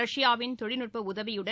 ரஷ்யாவின் தொழில்நுட்ப உதவியுடன்